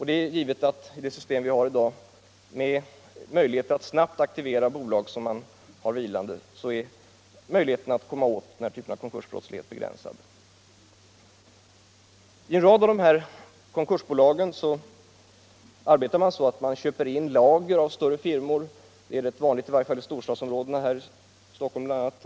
Den möjlighet som finns i dag att snabbt aktivera vilande bolag innebär att möjligheterna att komma åt konkursbrottsligheten begränsas. I en rad av konkursbolagen arbetar man på det sättet att man köper in lager av större firmor. Detta är vanligt i storstadsområdena, i Stockholm bl.a.